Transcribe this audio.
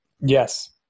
Yes